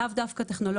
לאו דווקא טכנולוגי,